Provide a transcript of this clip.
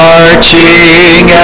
Marching